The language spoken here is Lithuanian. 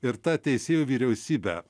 ir tą teisėjų vyriausybę